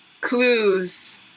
clues